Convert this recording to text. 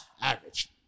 average